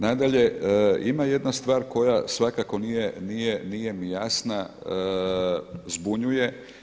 Nadalje, ima jedna stvar koja svakako nije mi jasna, zbunjuje.